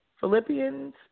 Philippians